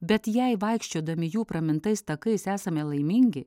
bet jei vaikščiodami jų pramintais takais esame laimingi